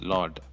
Lord